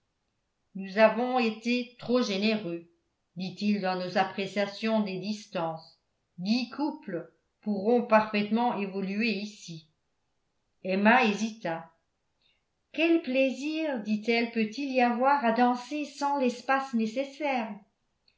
nous avons été trop généreux dit-il dans nos appréciations des distances dix couples pourront parfaitement évoluer ici emma hésita quel plaisir dit-elle peut-il y avoir à danser sans l'espace nécessaire